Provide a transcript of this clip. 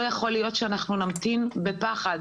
לא יכול להיות שאנחנו נמתין בפחד